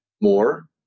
more